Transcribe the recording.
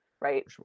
right